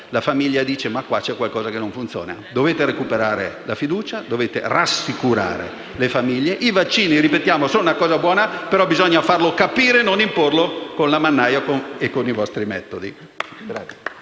la famiglia capisce che qualcosa non funziona. Dovete recuperare la fiducia, dovete rassicurare le famiglie. I vaccini - lo ripetiamo - sono una cosa buona, ma bisogna farlo capire e non imporlo con la mannaia e con i vostri metodi.